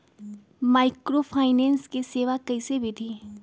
Microfinance के सेवा कइसे विधि?